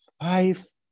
five